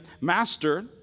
master